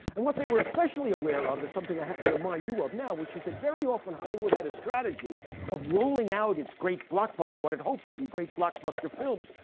and what they were especially aware of is something i have to remind you of now, which is that very often hollywood had a strategy of rolling out its great blockbuster, what it hoped would be great blockbuster films,